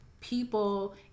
people